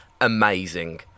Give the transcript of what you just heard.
Amazing